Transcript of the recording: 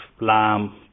lamb